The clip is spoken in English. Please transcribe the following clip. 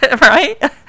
right